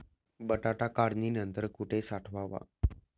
बटाटा काढणी नंतर कुठे साठवावा?